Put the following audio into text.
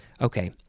okay